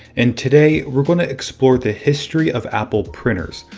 and today we're going to explore the history of apple printers,